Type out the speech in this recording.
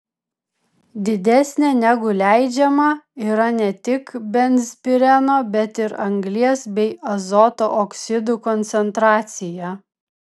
didesnė negu leidžiama yra ne tik benzpireno bet ir anglies bei azoto oksidų koncentracija